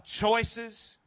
choices